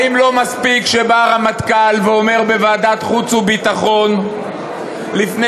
האם לא מספיק שבא הרמטכ"ל ואומר בוועדת החוץ והביטחון לפני